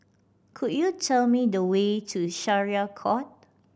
could you tell me the way to Syariah Court